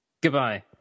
Goodbye